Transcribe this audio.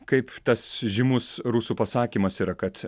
kaip tas žymus rusų pasakymas yra kad